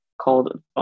called